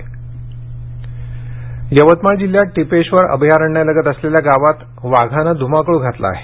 वनमंत्री यवतमाळ जिल्ह्यात टिपेश्वर अभयारण्यालगत असलेल्या गावात वाघानं धुमाकूळ घातला आहे